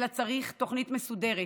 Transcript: אלא צריך תוכנית מסודרת